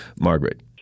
Margaret